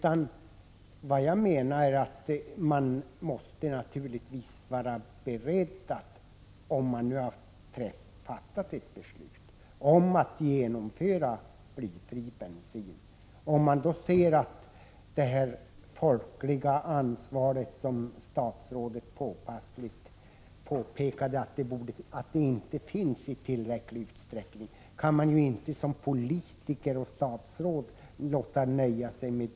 Om man nu har fattat ett beslut om en övergång till blyfri bensin och om man ser att — som statsrådet påpassligt påpekade — det folkliga ansvaret inte tasi tillräcklig utsträckning, menar jag att man som politiker och statsråd inte kan låta sig nöja med det.